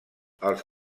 als